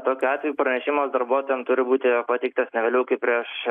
tokiu atveju pranešimas darbuotojam turi būti pateiktas ne vėliau kaip prieš